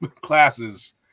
classes